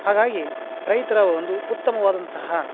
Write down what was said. ಹಾಗಾಗಿ ರೈತರ ಒಂದು ಉತ್ತಮವಾದಂತಹ